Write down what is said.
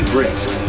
Brisk